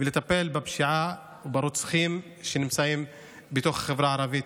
ולטפל בפשיעה וברוצחים שנמצאים בתוך החברה הערבית.